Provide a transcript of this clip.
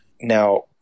Now